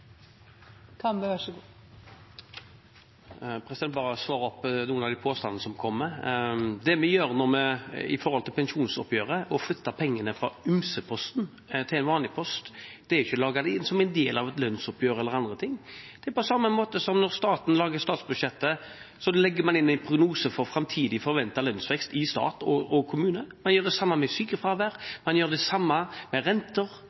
bare ta opp noen av de påstandene som kommer. Det vi gjør når det gjelder pensjonsoppgjøret, er å flytte pengene fra ymse-posten til en vanlig post. Det er ikke å legge det inn som en del av et lønnsoppgjør eller andre ting. Det er på samme måten som når staten lager statsbudsjettet, man legger inn en prognose for framtidig forventet lønnsvekst i stat og kommune, man gjør det samme med sykefravær, man gjør det samme med